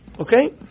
Okay